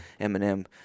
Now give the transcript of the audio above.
Eminem